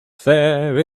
fair